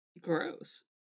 Gross